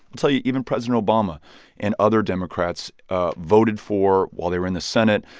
i'll tell you, even president obama and other democrats ah voted for, while they were in the senate,